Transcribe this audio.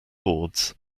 boards